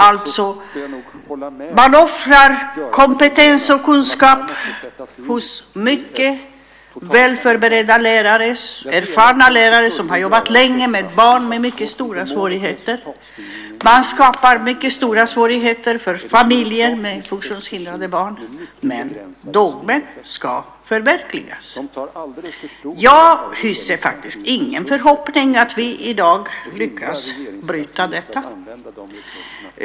Alltså: Man offrar kompetens och kunskap hos mycket väl förberedda och erfarna lärare som har jobbat länge med barn med mycket stora svårigheter, och man skapar mycket stora svårigheter för familjer med funktionshindrade barn - men dogmen ska förverkligas. Jag hyser inga förhoppningar om att vi i dag ska lyckas bryta detta.